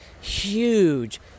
huge